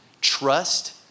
Trust